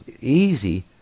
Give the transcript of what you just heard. easy